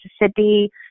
Mississippi